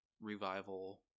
revival